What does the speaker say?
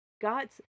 God's